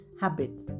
habit